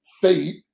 fate